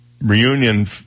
reunion